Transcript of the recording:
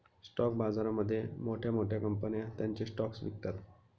stock बाजारामध्ये मोठ्या मोठ्या कंपन्या त्यांचे स्टॉक्स विकतात